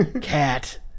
Cat